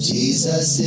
Jesus